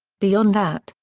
beyond that,